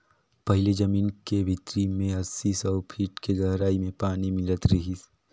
पहिले जमीन के भीतरी में अस्सी, सौ फीट के गहराई में पानी मिलत रिहिस